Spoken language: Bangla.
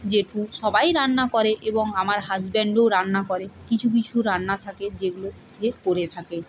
জেঠু সবাই রান্না করে এবং আমার হাজব্যাণ্ডও রান্না করে কিছু কিছু রান্না থাকে যেগুলো সে করে থাকে